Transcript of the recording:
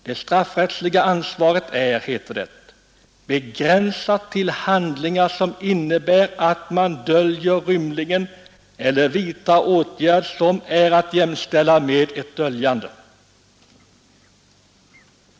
Det straffrättsliga ansvaret är, heter det, begränsat till handlingar som innebär att man döljer rymlingen eller vidtar åtgärder som är att jämställa med ett döljande.